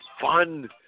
fun